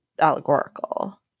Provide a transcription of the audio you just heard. allegorical